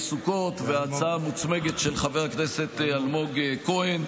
סוכות וההצעה המוצמדת של חברת הכנסת אלמוג כהן,